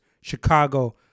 Chicago